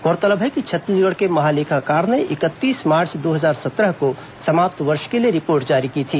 गौरतलब है कि छत्तीसगढ़ के महालेखाकार ने इकतीस मार्च दो हजार सत्रह को समाप्त वर्ष के लिए रिपोर्ट जारी की थी